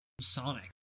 Sonic